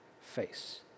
face